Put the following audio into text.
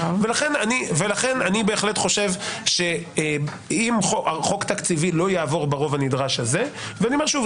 אני בהחלט חושב שאם חוק תקציבי לא יעבור ברוב הנדרש הזה אני אומר שוב,